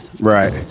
Right